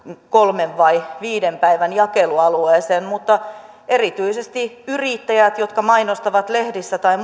kolmen vai viiden päivän jakelualueeseen erityisesti yrittäjien jotka mainostavat lehdissä tai